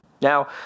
now